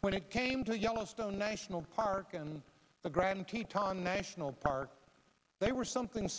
when it came to yellowstone national park and the grand teton national park they were something